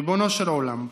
ריבונו של עולם,